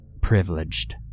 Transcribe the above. privileged